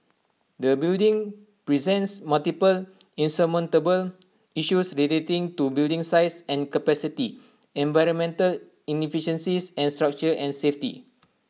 the building presents multiple insurmountable issues relating to building size and capacity environmental inefficiencies and structure and safety